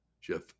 Jeff